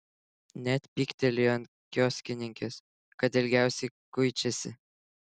net pyktelėjo ant kioskininkės kad ilgiausiai kuičiasi